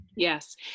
Yes